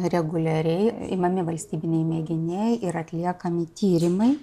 reguliariai imami valstybiniai mėginiai ir atliekami tyrimai